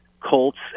Colts